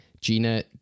Gina